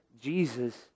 Jesus